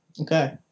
okay